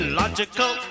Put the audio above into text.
logical